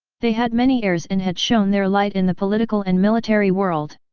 they had many heirs and had shone their light in the political and military world.